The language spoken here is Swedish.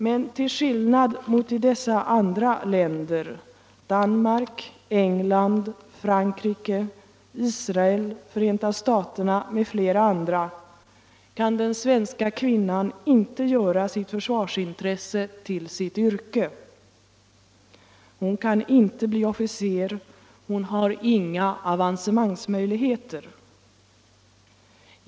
Men till skillnad från dessa andra länder - Danmark, England, Frankrike, Israel, Förenta staterna m.fl. — kan den svenska kvinnan inte göra sitt försvarsintresse till sitt yrke. Hon kan inte bli officer, hon har inga avancemangsmöjligheter.